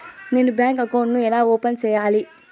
నేను bank account ను ఎలా ఓపెన్ సేయాలి?